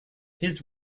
his